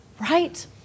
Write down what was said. right